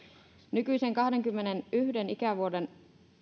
nykyistä kahdenkymmenenyhden ikävuoden